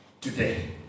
Today